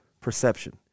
perception